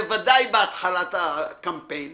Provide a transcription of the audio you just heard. בוודאי בהתחלת הקמפיין